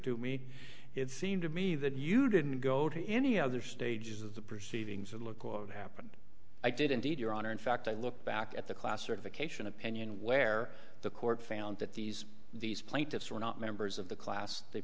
to me it seemed to me that you didn't go to any other stages of the proceedings and look what happened i did indeed your honor in fact i looked back at the class certification opinion where the court found that these these plaintiffs were not members of the class they